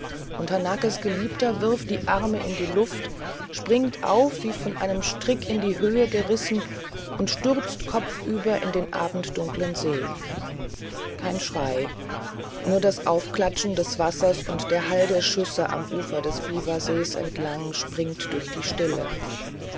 und hanakes geliebter wirft die arme in die luft springt auf wie von einem strick in die höhe gerissen und stürzt kopfüber in den abenddunkeln see kein schrei nur das aufklatschen des wassers und der hall der schüsse am ufer des biwasees entlang springt durch die stille